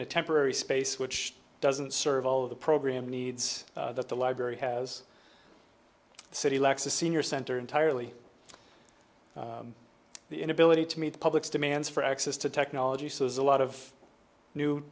in a temporary space which doesn't serve all of the program needs that the library has city lacks a senior center entirely the inability to meet the public's demands for access to technology so there's a lot of new